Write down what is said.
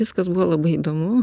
viskas buvo labai įdomu